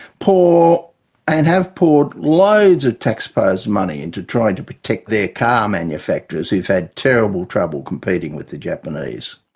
pour and have poured loads of taxpayers' money into trying to protect their car manufacturers, who've had terrible trouble competing with the japanese.